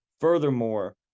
Furthermore